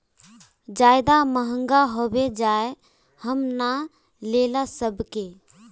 ज्यादा महंगा होबे जाए हम ना लेला सकेबे?